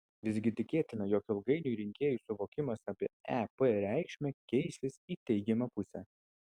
visgi tikėtina jog ilgainiui rinkėjų suvokimas apie ep reikšmę keisis į teigiamą pusę